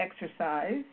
exercise